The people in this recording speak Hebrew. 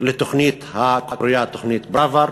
לתוכנית הקרויה "תוכנית פראוור",